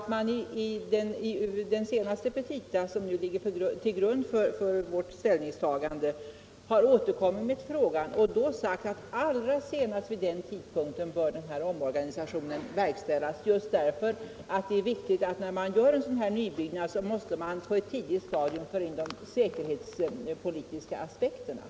I sina senaste petita, som nu ligger till grund för vårt ställningstagande, har rikspolisstyrelsen återkommit till frågan och sagt att omorganisationen bör verkställas allra senast den 1 november 1976. När man gör en sådan nybyggnad som det här är fråga om måste man nämligen på ett tidigt stadium beakta de säkerhetspolitiska aspekterna.